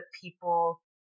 people